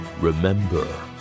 remember